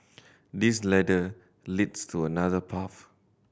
this ladder leads to another path